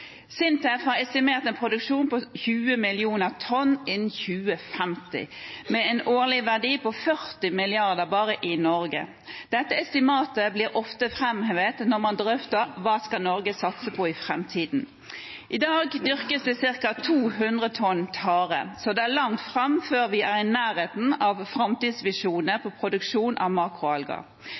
estimert en produksjon på 20 mill. tonn innen 2050, med en årlig verdi på 40 mrd. kr bare i Norge. Dette estimatet blir ofte framhevet når man drøfter: Hva skal Norge satse på i framtiden? I dag dyrkes det ca. 200 tonn tare, så det er langt fram før vi er i nærheten av framtidsvisjonene på produksjon av makroalger.